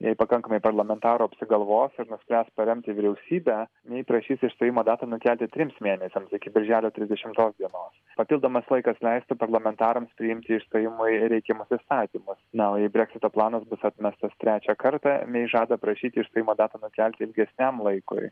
jei pakankamai parlamentarų apsigalvos ir nuspręs paremti vyriausybę nei prašys išstojimo datą nukelti trims mėnesiams iki birželio trisdešimos dienos papildomas laikas leisti parlamentarams priimti išstojimui reikiamus įstatymus na o jei breksito planas bus atmestas trečią kartą mei žada prašyti išstojimo datą nukelti ilgesniam laikui